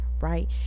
right